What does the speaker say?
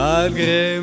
Malgré